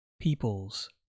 peoples